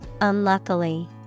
unluckily